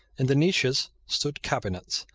in the niches stood cabinets,